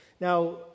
Now